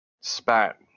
spat